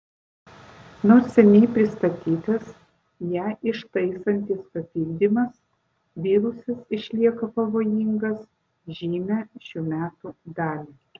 nors seniai pristatytas ją ištaisantis papildymas virusas išlieka pavojingas žymią šių metų dalį